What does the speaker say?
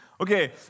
Okay